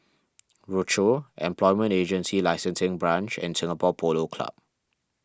Rochor Employment Agency Licensing Branch and Singapore Polo Club